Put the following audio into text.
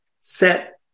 set